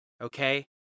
okay